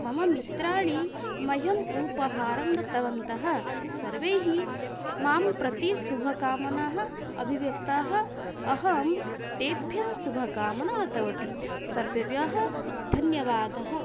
मम मित्राणि मह्यम् उपाहारं दत्तवन्तः सर्वैः मां प्रति शुभकामनाः अभिव्यक्ताः अहं तेभ्यः शुभकामनाः दत्तवती सर्वेभ्यः धन्यवादः